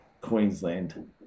Queensland